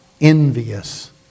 envious